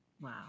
Wow